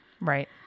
Right